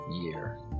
year